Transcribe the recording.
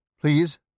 Please